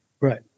Right